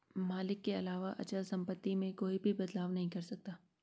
मालिक के अलावा अचल सम्पत्ति में कोई भी बदलाव नहीं कर सकता है